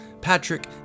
Patrick